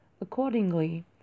accordingly